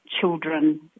children